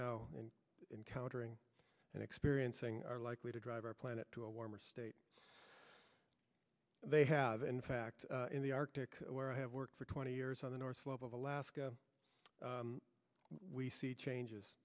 now in encountering and experiencing are likely to drive our planet to a warmer state they have in fact in the arctic where i have worked for twenty years on the north slope of alaska we see changes